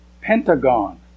Pentagon